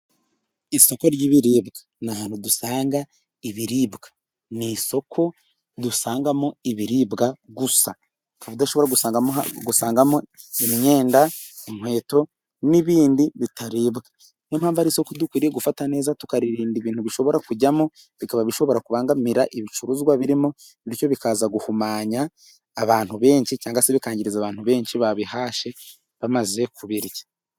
Isoko ry'ibiribwa ahantu dusanga ibiribwa. Ni isoko dusangamo ibiribwa gusa, ukaba udashobora gusangamo: imyenda, inkweto n'ibindi bitaribwa. Niyo mpamvu ari isoko dukwiriye gufata neza tukaririnda ibintu bishobora kujyamo bikaba bishobora kubangamira ibicuruzwa birimo ndetse bikaza guhumanya abantu benshi cyangwa se bikangiriza abantu benshi bababahashe bamaze kubirya.